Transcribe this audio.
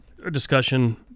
discussion